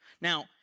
Now